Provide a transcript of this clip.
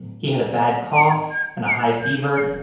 he had a bad cough and a high fever.